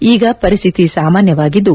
ಈಗ ಪರಿಸ್ಥಿತಿ ಸಾಮಾನ್ಯವಾಗಿದ್ದು